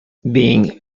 being